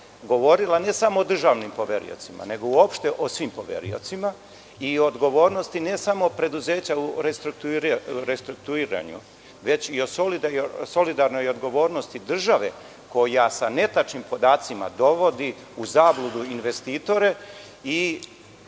govorila, ne samo o državnim poveriocima, nego uopšte o svim poveriocima, kao i o odgovornosti, ne samo preduzeća u restrukturiranju, već i o solidarnoj odgovornosti države koja sa netačnim podacima dovodi u zabludu investitore. Šta